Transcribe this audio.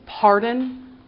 pardon